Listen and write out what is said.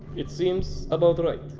it seems about right